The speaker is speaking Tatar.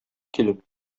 килеп